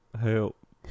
help